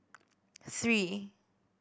three